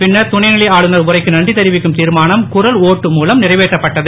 பின்னர் துணை நிலை ஆளுநர் உரைக்கு நன்றி தெரிவிக்கும் தீர்மானம் குரல் ஓட்டு மூலம் நிறைவேற்றப்பட்டது